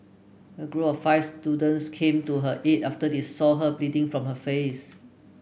a group of five students came to her aid after they saw her bleeding from her face